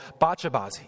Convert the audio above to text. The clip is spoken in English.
bachabazi